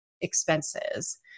expenses